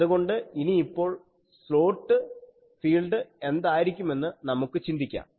അതുകൊണ്ട് ഇനിയിപ്പോൾ slot field എന്തായിരിക്കുമെന്ന് നമുക്ക് ചിന്തിക്കാം